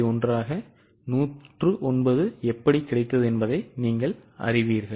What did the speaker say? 1 ஆக 109 எப்படி கிடைத்தது என்பதை நீங்கள் அறிவீர்களா